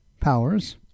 powers